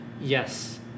yes